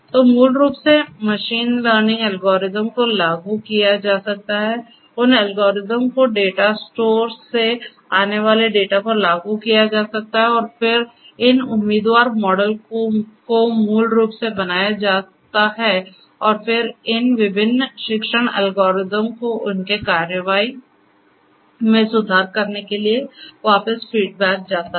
तो मूल रूप से मशीन लर्निंग एल्गोरिदम को लागू किया जा सकता है उन एल्गोरिदम को डेटा स्टोर से आने वाले डेटा पर लागू किया जा सकता है और फिर इन उम्मीदवार मॉडल को मूल रूप से बनाया जाता है और फिर इन विभिन्न शिक्षण एल्गोरिदम को उनके कार्रवाई में सुधार करने के लिए वापस फीडबैक जाता है